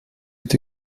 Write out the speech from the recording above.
est